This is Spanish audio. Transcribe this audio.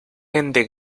gente